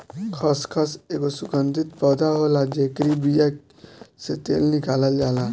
खसखस एगो सुगंधित पौधा होला जेकरी बिया से तेल निकालल जाला